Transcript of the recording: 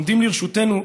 העומדים לרשותנו,